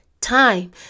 Time